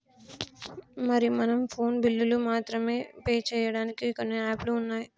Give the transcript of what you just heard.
మరి మనం ఫోన్ బిల్లులు మాత్రమే పే చేయడానికి కొన్ని యాప్లు ఉన్నాయి